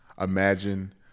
imagine